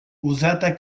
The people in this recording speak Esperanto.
uzata